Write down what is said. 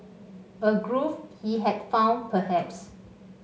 a groove he had found perhaps